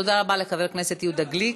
תודה רבה לחבר הכנסת יהודה גליק.